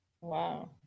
Wow